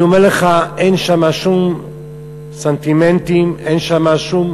אני אומר לך שאין שמה שום סנטימנטים ואין שמה שום